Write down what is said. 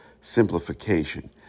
simplification